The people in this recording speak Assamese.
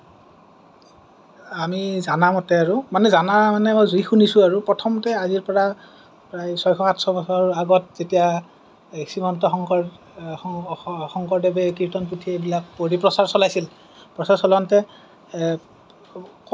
আমি জনা মতে আৰু মানে জনা মানে যি শুনিছো আৰু প্ৰথমটো আজিৰ পৰা প্ৰায় ছয়শ সাতশ বছৰৰ আগত যেতিয়া এই শ্ৰীমন্ত শংকৰদেৱে কীৰ্তন পুথি এইবিলাক প্ৰচাৰ চলাইছিল প্ৰচাৰ চলাওঁতে